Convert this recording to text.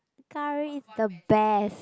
curry is the best